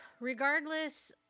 regardless